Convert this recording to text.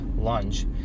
lunge